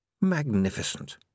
Magnificent